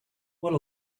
what